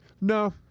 no